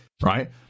right